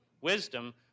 wisdom